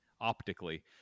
optically